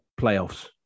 playoffs